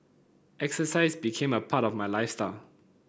exercise became a part of my lifestyle